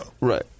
right